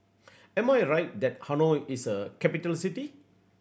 am I right that Hanoi is a capital city